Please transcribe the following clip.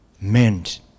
meant